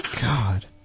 God